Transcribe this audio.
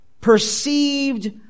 perceived